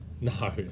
No